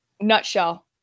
nutshell